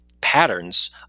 patterns